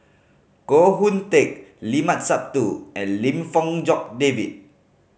Koh Hoon Teck Limat Sabtu and Lim Fong Jock David